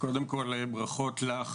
קודם כל ברכות לך,